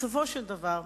בסופו של דבר,